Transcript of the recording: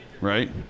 Right